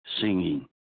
singing